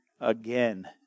again